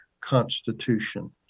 constitution